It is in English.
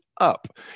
up